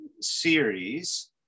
series